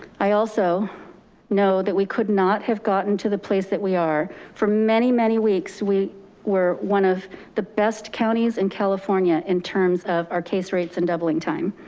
i also know that we could not have gotten to the place that we are for many, many weeks we were one of the best counties in california in terms of our case rates and doubling time.